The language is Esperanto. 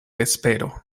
vespero